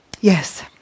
yes